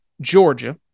georgia